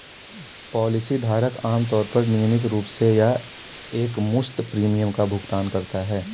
policy धारक आमतौर पर नियमित रूप से या एकमुश्त प्रीमियम का भुगतान करता है